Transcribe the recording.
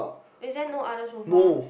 is there no other sofa